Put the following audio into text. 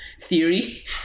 theory